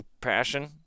passion